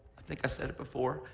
i think i said it before.